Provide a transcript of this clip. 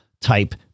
type